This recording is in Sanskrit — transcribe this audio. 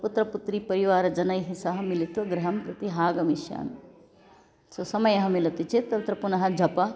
पुत्रपुत्रीपरिवारजनैः सह मिलितुं गृहं प्रति आगमिष्यामि सो समयः मिलति चेत् तत्र पुनः जपः